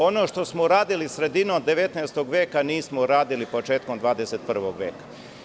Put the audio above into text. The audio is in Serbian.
Ono što smo radili sredinom 19. veka, nismo uradili početkom 21. veka.